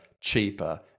cheaper